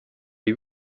les